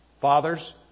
Fathers